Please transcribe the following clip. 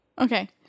Okay